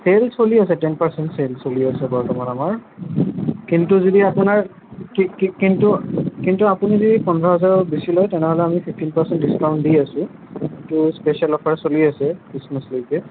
sale চলি আছে ten percent sale চলি আছে বৰ্তমান আমাৰ কিন্তু যদি আপোনাৰ কি কি কিন্তু আপুনি যদি পোন্ধৰ হাজাৰৰ বেছি লয় তেনেহ'লে আমি ফিফ্টিন পাৰ্চেণ্ট ডিচকাউণ্ট দি আছোঁ সেইটো স্পেচিয়েল অফাৰ চলি আছে খ্ৰীষ্টমাছৰলৈকে